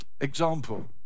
example